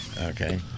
okay